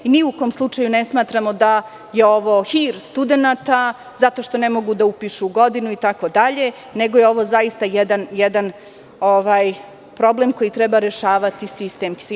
Ni u kom slučaju ne smatramo da je ovo hir studenata, zato što ne mogu da upišu godinu itd, nego je ovo zaista jedan problem koji treba rešavati sistemski.